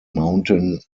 mountain